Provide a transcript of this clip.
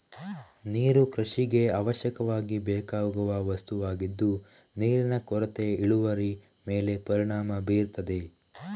ನೀರು ಕೃಷಿಗೆ ಅವಶ್ಯಕವಾಗಿ ಬೇಕಾಗುವ ವಸ್ತುವಾಗಿದ್ದು ನೀರಿನ ಕೊರತೆ ಇಳುವರಿ ಮೇಲೆ ಪರಿಣಾಮ ಬೀರ್ತದೆ